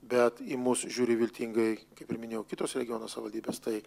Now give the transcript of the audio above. bet į mus žiūri viltingai kaip ir minėjau kitos regiono savivaldybės tai